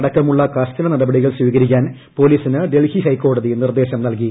അടക്കമുള്ള കർശന നടപടികൾ സ്വീകരിക്കാൻ പൊലീസിന് ഡൽഹി ഹൈക്കോടതി നിർദ്ദേശം നൽകി